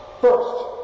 First